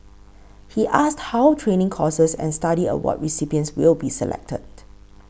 he asked how training courses and study award recipients will be selected